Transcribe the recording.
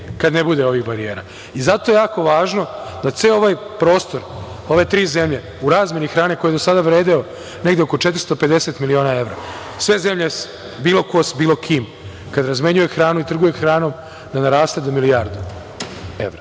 kada ne bude ovih barijera. Zato je jako važno da ceo ovaj prostor, ove tri zemlje, u razmeni hrane, koji je do sada vredeo neko oko 450 miliona evra, sve zemlje, bilo ko bilo s kim, kada razmenjuje hranu i trguje hranom da naraste do milijardu evra.